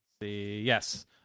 Yes